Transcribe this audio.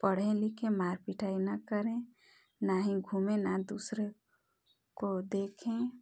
पढ़े लिखे मार पिटाई ना करें न ही घूमना दूसरे को देखें